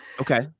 Okay